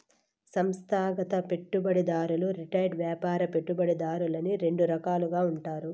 సంస్థాగత పెట్టుబడిదారులు రిటైల్ వ్యాపార పెట్టుబడిదారులని రెండు రకాలుగా ఉంటారు